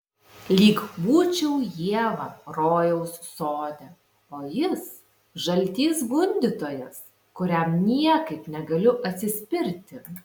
lyg būčiau ieva rojaus sode o jis žaltys gundytojas kuriam niekaip negaliu atsispirti